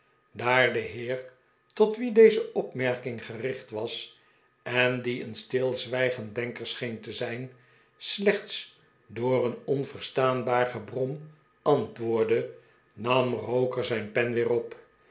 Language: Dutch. daar de heer tot wien deze opmerking gericht was en die een stilzwijgend denker scheen te zijn slechts door een onverstaanbaar gebrom antwoordde nam roker zijn pen weer op